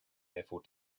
therefore